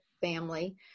family